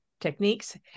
techniques